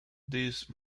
these